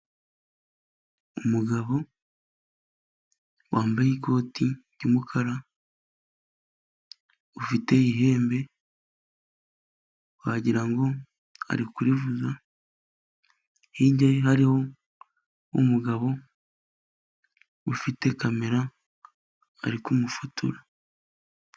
Umugabo wambaye ikoti ry'umukara, ufite ihembe wagirango ari kurivuza , hirya ye hariho umugabo ufite kamera ari kumufotora.